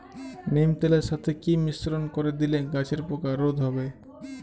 নিম তেলের সাথে কি মিশ্রণ করে দিলে গাছের পোকা রোধ হবে?